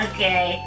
Okay